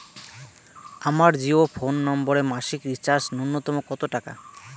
আমার জিও ফোন নম্বরে মাসিক রিচার্জ নূন্যতম কত টাকা?